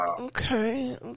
okay